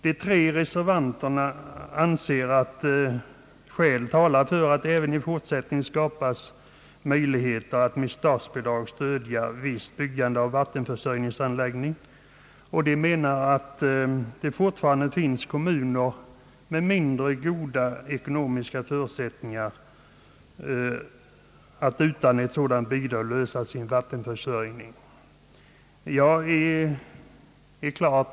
De tre reservanterna anser »skäl tala för att möjligheter skapas att även i fortsättningen med statsbidrag stödja visst byggande av vattenförsörjningsanläggningar». De anser att det fortfarande finns kommuner med mindre goda ekonomiska förutsättningar att utan dylikt bidrag lösa sina vattenförsörjningsproblem.